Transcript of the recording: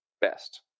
best